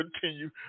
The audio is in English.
continue